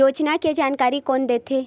योजना के जानकारी कोन दे थे?